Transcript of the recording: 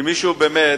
שמישהו באמת,